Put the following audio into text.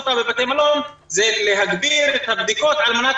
בבתי מלון אפשר להגביר את הבדיקות על מנת